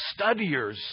studiers